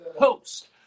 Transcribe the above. host